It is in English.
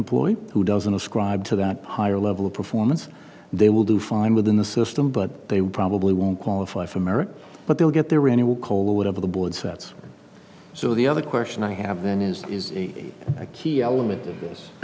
employee who doesn't ascribe to that higher level of performance they will do fine within the system but they would probably won't qualify for merit but they'll get their annual cola whatever the board sets so the other question i have then is is a key element of this